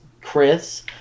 Chris